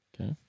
Okay